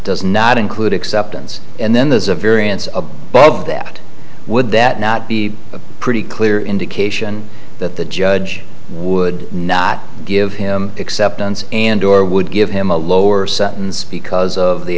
does not include acceptance and then there's a variance above that would that not be a pretty clear indication that the judge would not give him except and or would give him a lower sentence because of the